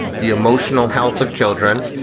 the emotional health of children,